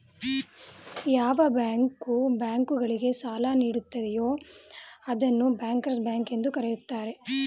ಯಾವ bank bank ಗಳಿಗೆ ಸಾಲ ನೀಡುತ್ತದೆಯೂ ಅದನ್ನು ಬ್ಯಾಂಕರ್ಸ್ ಬ್ಯಾಂಕ್ ಎಂದು ಕರೆಯುತ್ತಾರೆ